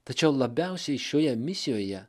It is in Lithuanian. tačiau labiausiai šioje misijoje